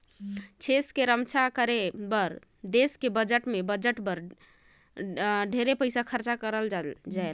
छेस के रम्छा करे खातिर देस के बजट में बजट बर ढेरे पइसा खरचा करत जाथे